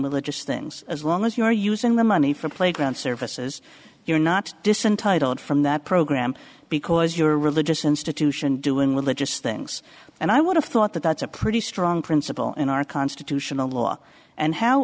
militarist things as long as you're using the money for playground services you're not dissin titled from that program because you're a religious institution doing with it just things and i would have thought that that's a pretty strong principle in our constitutional law and how